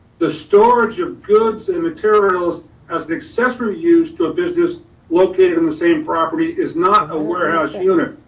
the storage of goods and materials as an accessory use to a business located in the same property is not a warehouse unit.